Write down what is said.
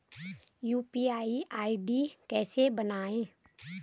UPI ID कैसे बनायें?